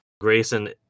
Grayson